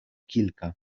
kilka